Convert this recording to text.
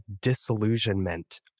disillusionment